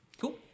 Cool